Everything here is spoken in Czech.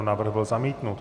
Návrh byl zamítnut.